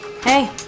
Hey